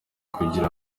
kugira